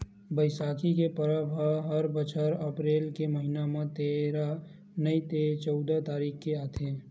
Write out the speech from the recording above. बइसाखी के परब ह हर बछर अपरेल के महिना म तेरा नइ ते चउदा तारीख के दिन आथे